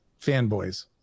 fanboys